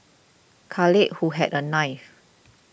Khalid who had a knife